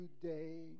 today